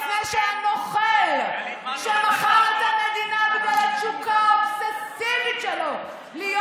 לפני שהנוכל שמכר את המדינה בגלל התשוקה האובססיבית שלו להיות